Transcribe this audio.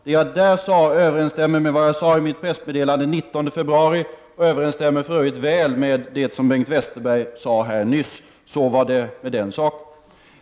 Det jag där sade överensstämmer med vad jag sade i mitt pressmeddelande den 19 februari och det överensstämmer för övrigt väl med vad Bengt Westerberg sade här nyss. Så var det med den saken.